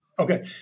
Okay